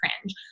cringe